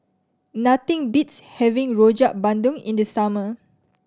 nothing beats having Rojak Bandung in the summer